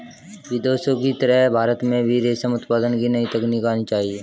विदेशों की तरह भारत में भी रेशम उत्पादन की नई तकनीक आनी चाहिए